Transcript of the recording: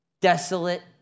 desolate